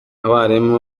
abarimu